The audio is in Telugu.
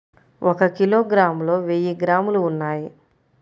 ఒక కిలోగ్రామ్ లో వెయ్యి గ్రాములు ఉన్నాయి